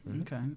Okay